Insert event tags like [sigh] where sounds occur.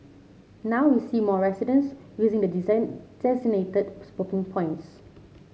now we see more residents using the [unintelligible] designated [unintelligible] points